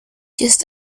just